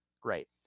great